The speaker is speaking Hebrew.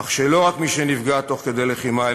כך שלא רק מי שנפגע תוך כדי לחימה אל